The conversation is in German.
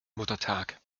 muttertag